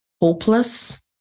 hopeless